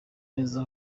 neza